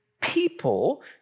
people